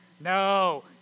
No